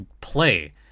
play